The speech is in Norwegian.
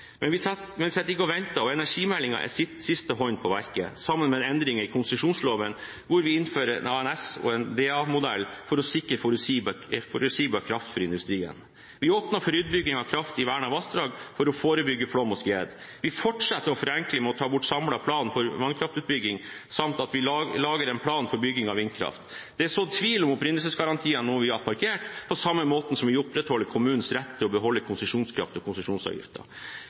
Men vi sitter ikke og venter, og energimeldingen er siste hånd på verket sammen med endringer i konsesjonsloven, hvor vi innfører en ANS- og en DA-modell for å sikre forutsigbar kraft for industrien. Vi åpner for utbygging av kraft i vernede vassdrag for å forebygge flom og skred. Vi fortsetter å forenkle ved å ta bort Samlet plan for vannkraftutbygging, samt at vi lager en plan for bygging av vindkraft. Det er sådd tvil om opprinnelsesgarantiene, noe vi har parkert, på samme måten som vi opprettholder kommunens rett til å beholde konsesjonskraft og